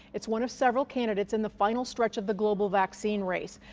it's one of several candidates in the final stretch of the global vaccine race.